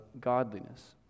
godliness